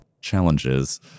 challenges